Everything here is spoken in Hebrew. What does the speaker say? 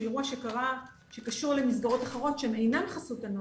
אירוע שקשור למסגרות אחרות שהן אינן חסות הנוער.